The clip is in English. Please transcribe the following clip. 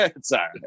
Sorry